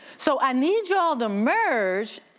so i need y'all to merge,